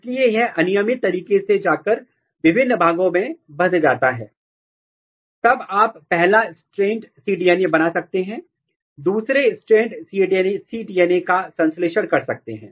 इसलिए यह अनियमित तरीके से जाट कर विभिन्न भागों में बंध जाता है और तब आप पहला स्टैंड cDNA बना सकते हैं दूसरे स्टैंड cDNA का संश्लेषण कर सकते हैं